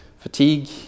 fatigue